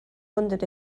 wondered